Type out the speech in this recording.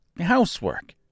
housework